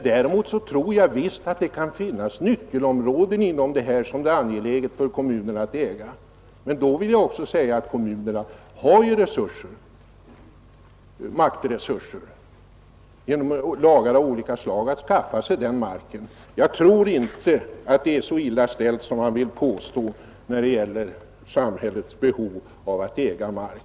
Däremot tror jag visst att det finns nyckelområden där det är angeläget för kommunerna att äga mark, men jag vill också säga att kommunerna har maktresurser, genom lagar av olika slag, att skaffa sig den marken. Jag tror inte det är så illa ställt som det påstås i fråga om samhällets behov av att äga mark,